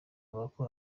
boko